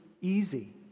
easy